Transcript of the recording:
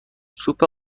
سوپ